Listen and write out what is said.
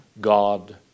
God